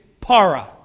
para